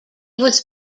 was